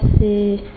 c'est